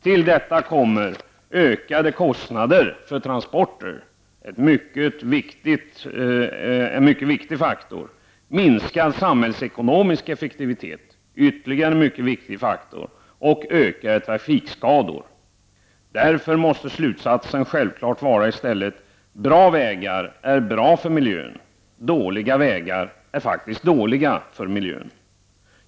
Till detta kommer ökade kostnader för transporter, vilket är en mycket viktig faktor, minskad samhällsekonomisk effektivitet, som är ytterligare en mycket viktig faktor, och ökade trafikskador. I stället måste slutsatsen självfallet bli: bra vägar är bra för miljön, och dåliga vägar är dåliga för miljön.